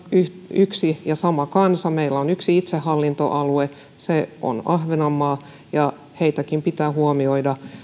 yksi ja sama kansa meillä on yksi itsehallintoalue se on ahvenanmaa ja heitäkin pitää huomioida